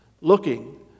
looking